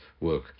work